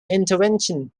intervention